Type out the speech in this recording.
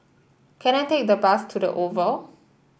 can I take the bus to the Oval